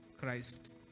Christ